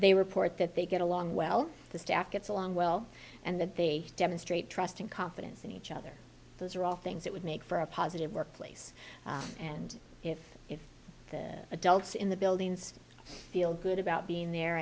they report that they get along well the staff gets along well and that they demonstrate trust and confidence in each other those are all things that would make for a positive workplace and if the adults in the buildings feel good about being there